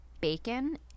bacon